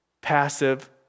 passive